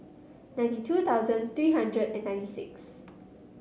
ninety two thousand three hundred and ninety six